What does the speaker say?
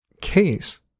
case